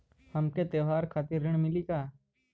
हमके त्योहार खातिर ऋण मिली का?